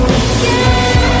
again